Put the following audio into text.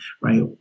right